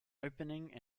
opening